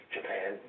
Japan